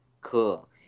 Cool